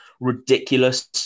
ridiculous